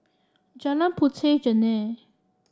Jalan Puteh Jerneh